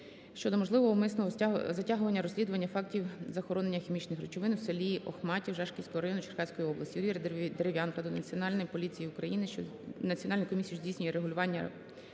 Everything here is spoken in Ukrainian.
щодо можливого умисного затягування розслідування фактів захоронення хімічних речовин у селі Охматів Жашківського району Черкаської області. Юрія Дерев'янка до Національної поліції України… Національної комісії, що здійснює державне